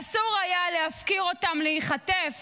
אסור היה להפקיר אותם להיחטף